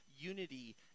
unity